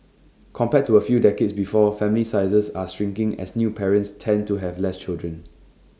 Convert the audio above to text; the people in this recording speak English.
compared to A few decades before family sizes are shrinking as new parents tend to have less children